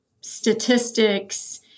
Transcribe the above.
statistics